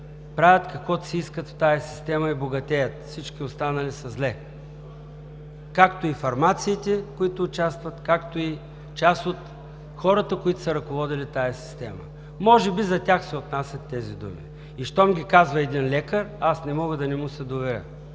правят каквото си искат в тази система и богатеят, всички останали са зле, както и фармациите, които участват, както и част от хората, които са ръководили тази система“ – може би за тях се отнасят тези думи. Щом ги казва един лекар, аз не мога да не му се доверя,